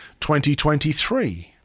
2023